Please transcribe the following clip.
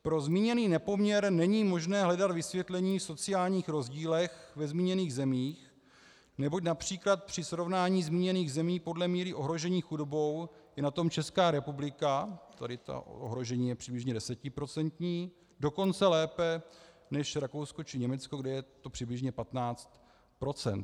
Pro zmíněný nepoměr není možné hledat vysvětlení v sociálních rozdílech ve zmíněných zemích, neboť např. při srovnání zmíněných zemí podle míry ohrožení chudobou je na tom Česká republika tady to ohrožení je přibližně desetiprocentní dokonce lépe než Rakousko či Německo, kde je to přibližně 15 %.